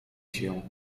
się